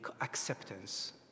acceptance